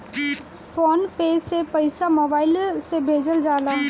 phone पे से पईसा mobile से भेजल जाला